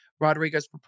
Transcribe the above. Rodriguez